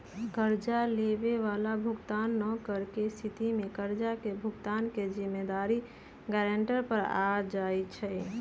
कर्जा लेबए बला भुगतान न करेके स्थिति में कर्जा के भुगतान के जिम्मेदारी गरांटर पर आ जाइ छइ